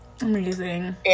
Amazing